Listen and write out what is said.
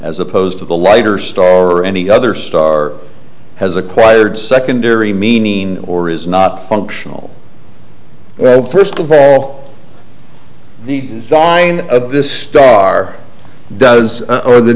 as opposed to the lighter star or any other star has acquired secondary meaning or is not functional well first of all the sign of this star does or the